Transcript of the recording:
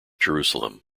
jerusalem